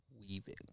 Weaving